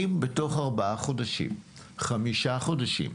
אם בתוך ארבעה חודשים, חמישה חודשים,